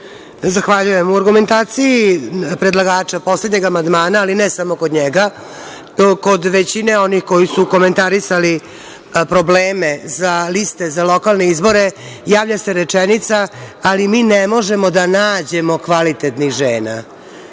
Zahvaljujem.U argumentaciji predlagača poslednjeg amandmana, ali ne samo kod njega, već kod većine onih koji su komentarisali probleme za liste za lokalne izbore, javlja se rečenica – ali mi ne možemo da nađemo kvalitetnih žena.